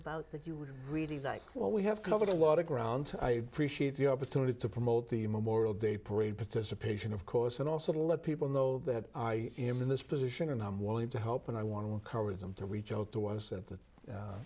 about that you were reading that well we have covered a lot of ground i appreciate the opportunity to promote the memorial day parade participation of course and also to let people know that i am in this position and i'm willing to help and i want to encourage them to